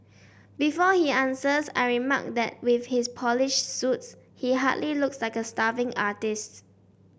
before he answers I remark that with his polished suits he hardly looks like a starving artists